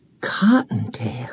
Cottontail